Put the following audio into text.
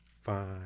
five